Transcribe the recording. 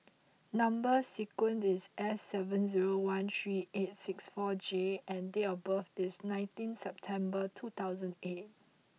number sequence is S seven zero one three eight six four J and date of birth is nineteen September two thousand eight